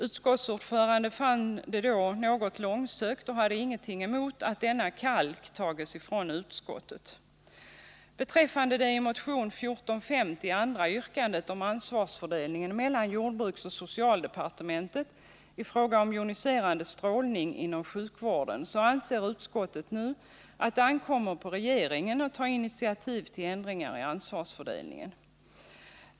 Utskottsordföranden fann detta något långsökt och hade ingenting emot att ”denna kalk tages ifrån utskottet”. Vad beträffar motion 1450, andra yrkandet, om ansvarsfördelningen mellan jordbruksoch socialdepartementen i fråga om den joniserande strålningen inom sjukvården anser utskottet nu att det ankommer på regeringen att ta initiativ till ändringar i ansvarsfördelningen.